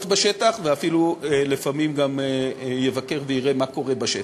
בשטח ואפילו לפעמים גם יבקר ויראה מה קורה בשטח.